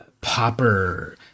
popper